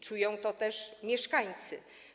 Czują to też mieszkańcy.